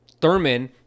Thurman